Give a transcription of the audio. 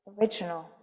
original